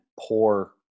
poor